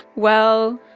well,